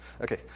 Okay